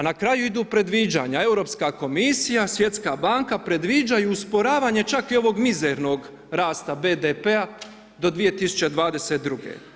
A na kraju idu predviđanja, Europska komisija, Svjetska banka, predviđa i usporavanje čak i ovog mizernog rasta BDP-a do 2022.